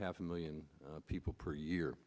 half a million people per year